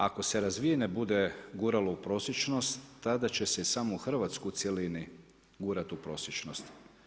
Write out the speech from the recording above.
Ako se razvijene bude guralo u prosječnost tada će se i samu Hrvatsku u cjelini gurati u prosječnost.